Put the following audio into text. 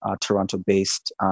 Toronto-based